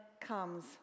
comes